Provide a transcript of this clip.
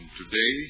today